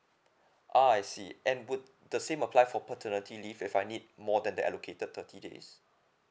uh I see it and would the same apply for paternity leave if I need more than that allocated thirty days